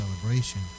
celebration